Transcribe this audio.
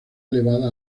elevada